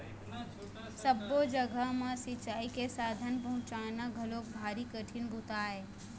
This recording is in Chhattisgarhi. सब्बो जघा म सिंचई के साधन पहुंचाना घलोक भारी कठिन बूता आय